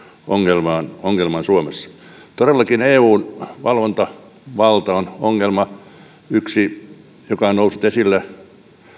ongelmaan suomessa todellakin eun valvontavalta on ongelma yksi joka on noussut esille